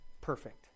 perfect